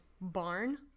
barn